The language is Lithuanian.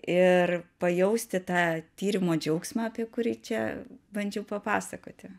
ir pajausti tą tyrimo džiaugsmą apie kurį čia bandžiau papasakoti